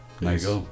nice